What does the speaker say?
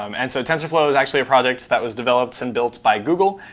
um and so tensorflow was actually a project that was developed and built by google.